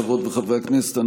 חברות וחברי הכנסת,